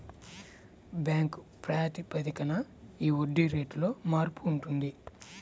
bank ప్రాతిపదికన ఈ వడ్డీ రేటులో మార్పు ఉంటుంది